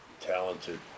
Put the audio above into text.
talented